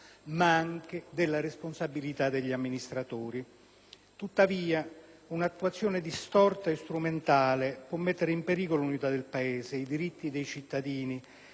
ma anche della responsabilità degli amministratori. Tuttavia, un'attuazione distorta e strumentale può mettere in pericolo l'unità del Paese e i diritti dei cittadini,